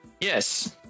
Yes